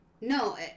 no